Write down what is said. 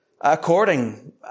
according